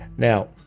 Now